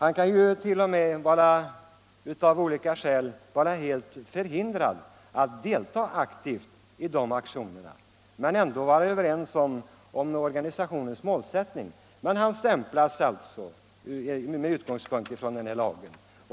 En medlem kan t.o.m. vara av olika skäl helt förhindrad att aktivt delta i organisationens aktioner, trots att han ansluter sig till dess målsättning. Ändå stämplas han med utgångspunkt i denna lag.